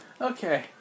Okay